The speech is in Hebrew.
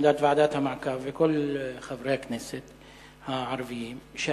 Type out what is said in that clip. עמדת ועדת המעקב וכל חברי הכנסת הערבים היא,